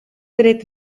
tret